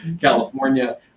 california